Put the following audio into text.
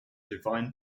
divine